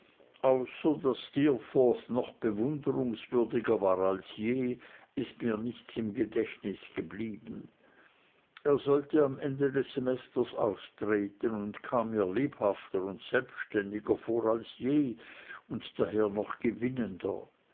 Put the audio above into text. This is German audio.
noch bewunderungswürdiger war als je ist mir nichts im gedächtnis geblieben er sollte am ende des semesters austreten und kam mir lebhafter und selbstständiger vor als je und daher noch gewinnender